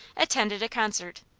attended a concert.